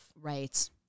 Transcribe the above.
Right